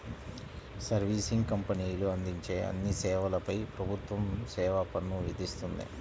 servicing కంపెనీలు అందించే అన్ని సేవలపై ప్రభుత్వం సేవా పన్ను విధిస్తుంది